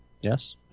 Yes